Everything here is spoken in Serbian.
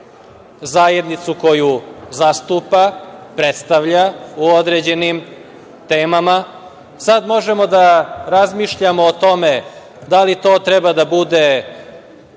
zajednicu koju zastupa, predstavlja u određenim temama. Sada možemo da razmišljamo o tome da li to treba da bude